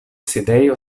sidejo